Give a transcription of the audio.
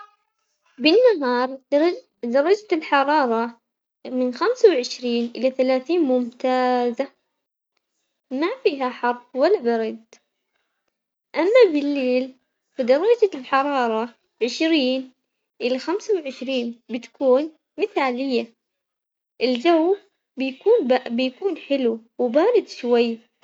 عندنا العيد الوطني في ثمانية عشر نوفمير وعيد النهضة في ثلاثة وعشرين يوليو، هذول هم يومين يومين في عمان لكن كلنا نحتفل فيهم بفخر ونحس بالانتماء للبلد نحس إنه ال- بالروح الوطنية وحب بلدنا.